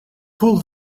pull